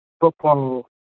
football